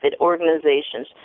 organizations